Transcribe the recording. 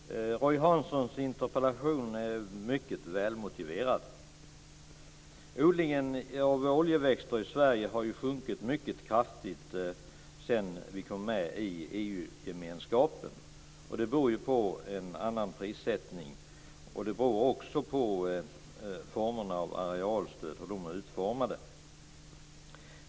Fru talman! Roy Hanssons interpellation är mycket välmotiverad. Odlingen av oljeväxter i Sverige har ju sjunkit mycket kraftigt sedan vi kom med i EU gemenskapen. Det beror på en annan prissättning, och det beror också på hur arealstöden är utformade.